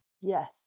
Yes